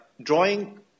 drawing